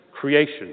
creation